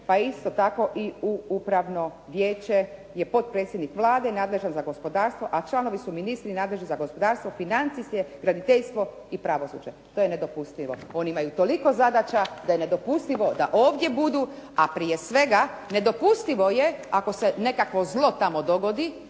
je isto tako i u upravno vijeće je potpredsjednik Vlade i nadležan za gospodarstvo, a članovi su ministri nadležni za gospodarstvo, financije, graditeljstvo i pravosuđe. To je nedopustivo. Oni imaju toliko zadaća da je nedopustivo da ovdje budu, a prije svega nedopustivo je, ako se nekakvo zlo tamo dogodi